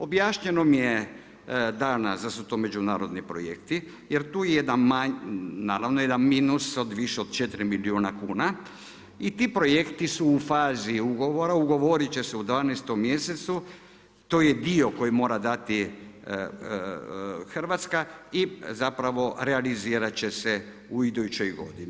Objašnjeno mi je danas da su to međunarodni projekti jer tu je jedan minus od više od 4 milijuna kuna i ti projekti su u fazi ugovora, ugovorit će se u 12. mjesecu, to je dio koji mora dati Hrvatska i zapravo realizirat će se u idućoj godini.